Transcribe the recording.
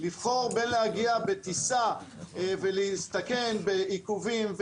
לבחור בין להגיע בטיסה ולהסתכן בעיכובים,